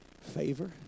favor